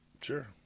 Sure